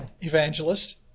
evangelist